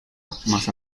más